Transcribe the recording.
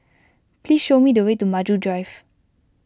please show me the way to Maju Drive